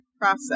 process